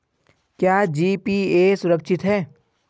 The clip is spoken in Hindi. क्या जी.पी.ए सुरक्षित है?